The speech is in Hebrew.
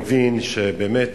מבין שבאמת